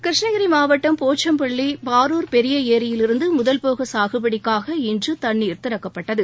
கிருஷ்ணகிரி மாவட்டம் போச்சம்பள்ளி பாரூர் பெரிய ஏரியிலிருந்து முதல் போக சாகுபடிக்காக இன்று தண்ணீர் திறக்கப்பட்டது